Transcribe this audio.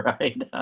right